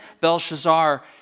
Belshazzar